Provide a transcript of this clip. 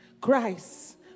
Christ